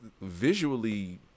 visually